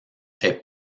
est